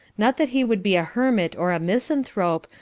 not that he would be a hermit or misanthrope,